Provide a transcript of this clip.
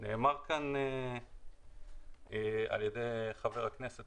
נאמר כאן על ידי חבר הכנסת